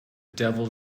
devil